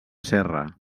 serra